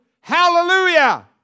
Hallelujah